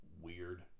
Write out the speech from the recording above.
Weird